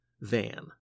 van